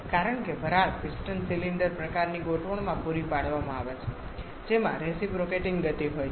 કારણ કે વરાળ પિસ્ટન સિલિન્ડર પ્રકારની ગોઠવણમાં પૂરી પાડવામાં આવે છે જેમાં રેસીપ્રોકેટીંગ ગતિ હોય છે